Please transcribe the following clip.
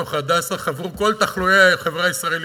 ובתוך "הדסה" חברו כל תחלואי החברה הישראלית.